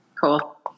Cool